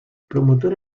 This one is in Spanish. promotora